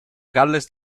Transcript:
galles